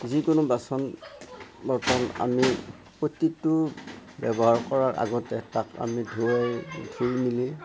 যিকোনো বাচন বৰ্তন আমি প্ৰত্যেকটো ব্যৱহাৰ কৰাৰ আগতে তাক আমি ধুৱই ধুই মিলি